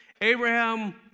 Abraham